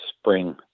spring